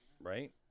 right